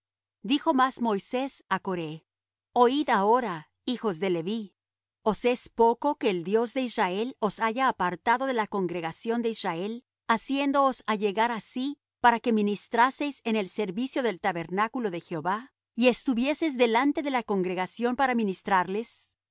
dijo más moisés á coré oid ahora hijos de leví os es poco que el dios de israel os haya apartado de la congregación de israel haciéndoos allegar á sí para que ministraseis en el servicio del tabernáculo de jehová y estuvieseis delante de la congregación para ministrarles